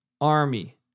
Army